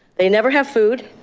they never have food,